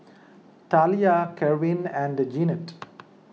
Talia Kerwin and Jeanette